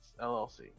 llc